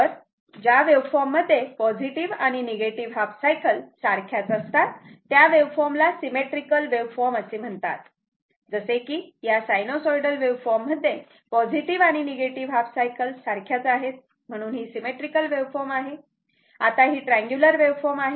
तर ज्या वेव्हफॉर्म मध्ये पॉझिटिव्ह आणि negative half cycle and half cycles सारख्याच असतात त्या वेव्हफॉर्म ला सिमेट्रीकल वेव्हफॉर्म असे म्हणतात जसे की या साईनोसाईडल वेव्हफॉर्म मध्ये पॉझिटिव्ह आणि निगेटिव्ह हाफ सायकल सारख्याच आहेत म्हणून ही सिमेट्रीकल वेव्हफॉर्म आहे आता ही ट्रँग्युलर वेव्हफॉर्म आहे